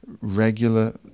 Regular